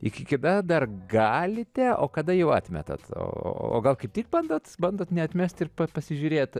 iki kada dar galite o kada jau atmetat o gal kaip tik bandot bandot neatmesti ir pasižiūrėt